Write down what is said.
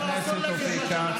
אני לא תומך חמאס, ואני